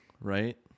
Right